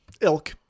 elk